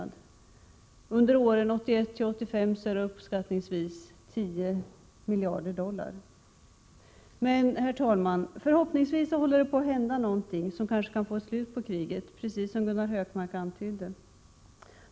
Under åren 1981-1985 var kostnaderna uppskattningsvis 10 miljarder dollar. Men, herr talman, förhoppningsvis håller något på att hända som kanske kan få ett slut på kriget, precis som Gunnar Hökmark antydde.